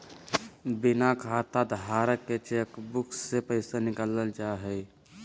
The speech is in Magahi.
बिना खाताधारक के चेकबुक से पैसा निकालल जा हइ